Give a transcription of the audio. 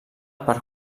per